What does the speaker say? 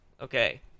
okay